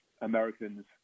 Americans –